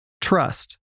Trust